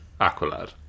Aqualad